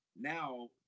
now